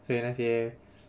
所以那些